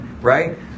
right